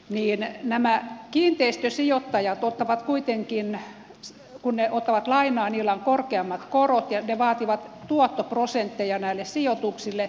kun nämä kiinteistösijoittajat ottavat kuitenkin lainaa niillä on korkeammat korot ja ne vaativat tuottoprosentteja näille sijoituksille